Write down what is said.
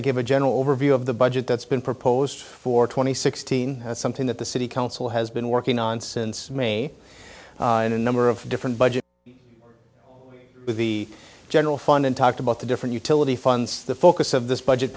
of give a general overview of the budget that's been proposed for twenty sixteen something that the city council has been working on since may in a number of different budget with the general fund and talked about the different utility funds the focus of this budget